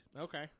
Okay